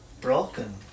broken